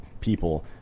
people